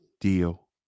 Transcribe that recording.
deal